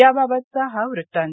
याबाबतचा हा वृत्तांत